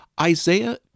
Isaiah